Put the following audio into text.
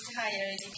higher